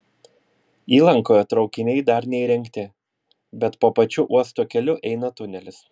įlankoje traukiniai dar neįrengti bet po pačiu uosto keliu eina tunelis